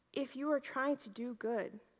if you are trying to do good,